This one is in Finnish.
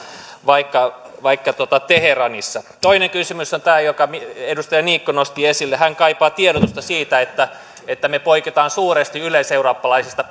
vaikka vaikka teheranissa toinen kysymys on tämä jonka edustaja niikko nosti esille hän kaipaa tiedotusta siitä että että me poikkeamme suuresti yleiseurooppalaisista